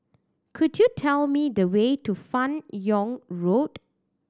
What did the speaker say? could you tell me the way to Fan Yoong Road